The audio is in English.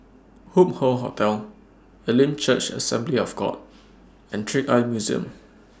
Hup Hoe Hotel Elim Church Assembly of God and Trick Eye Museum